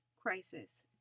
crisis